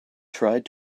tried